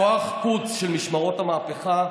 היה, כוח קודס של משמרות המהפכה,